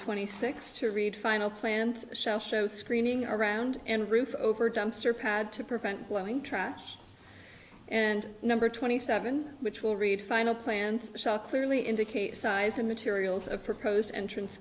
twenty six to read final plans shall show screening around and roof over dumpster pad to prevent blowing track and number twenty seven which will read final plans clearly indicate size and materials a proposed entrance